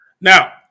Now